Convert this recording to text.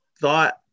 thought